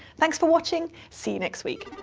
thanks for watching. see you next week.